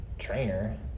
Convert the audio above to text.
trainer